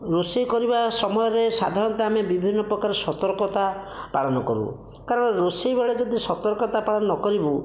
ରୋଷେଇ କରିବା ସମୟରେ ସାଧାରଣତଃ ଆମେ ବିଭିନ୍ନ ପ୍ରକାର ସତର୍କତା ପାଳନ କରୁ କାରଣ ରୋଷେଇ ବେଳେ ଯଦି ସତର୍କତା ପାଳନ ନ କରିବୁ